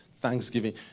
thanksgiving